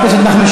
איך?